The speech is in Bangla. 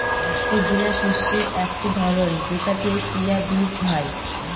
পুদিনা শস্যের একটি ধরন যেটাতে চিয়া বীজ হয়